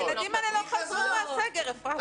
הילדים האלה לא חזרו מהסגר, אפרת.